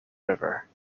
river